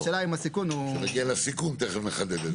כשנגיע לסיכון תכף נחדד.